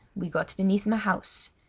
we got beneath my house.